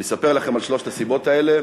אני אספר לכם על שלוש הסיבות האלה,